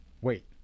Wait